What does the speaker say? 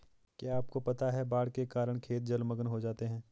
क्या आपको पता है बाढ़ के कारण खेत जलमग्न हो जाते हैं?